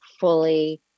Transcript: fully